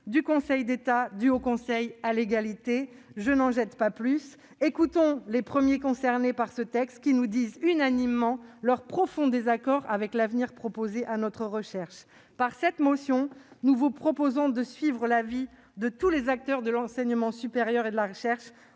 du Conseil d'État, du Haut Conseil à l'égalité entre les femmes et les hommes (HCE), je n'en jette pas davantage. Écoutons les premiers concernés par ce texte : ils nous disent, unanimement, leur profond désaccord quant à l'avenir proposé pour notre recherche. Par cette motion, nous vous proposons de suivre l'avis de tous les acteurs de l'enseignement supérieur et de la recherche,